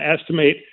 estimate